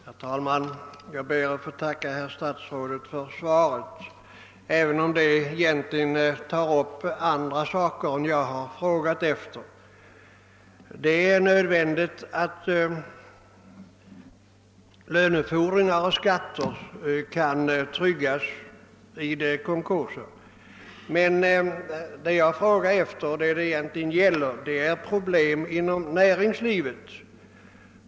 Herr talman! Jag ber att få tacka herr statsrådet för svaret, även om det egentligen tar upp andra saker än dem jag frågat efter. Det är nödvändigt att lönefordringar och skatter kan tryggas vid konkurser. Vad jag frågade efter är egentligen de problem som uppstår inom näringslivet.